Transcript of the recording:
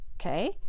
okay